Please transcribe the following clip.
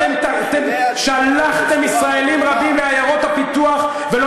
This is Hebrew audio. אתם שלחתם ישראלים רבים לעיירות הפיתוח ולא